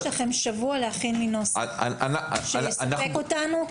יש לכם שבוע להכין לי נוסח שיספק אותנו.